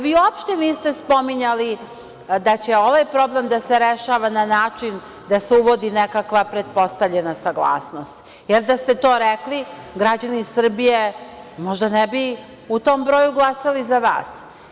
Vi uopšte niste spominjali da će ovaj problem da se rešava na način da se uvodi nekakva pretpostavljena saglasnost, jer da ste to rekli, građani Srbije možda ne bi u tom broju glasali za vas.